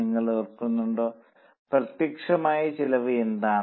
നിങ്ങൾ ഓർക്കുന്നുണ്ടോ പ്രത്യക്ഷമായ ചെലവ് എന്താണ്